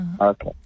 okay